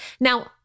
now